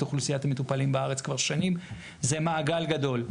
אוכלוסיית המטופלים בארץ כבר שנים זה מעגל גדול.